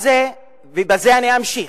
ובזה אני אמשיך,